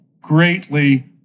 greatly